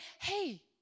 hey